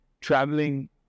traveling